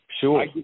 Sure